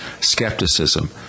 skepticism